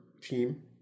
team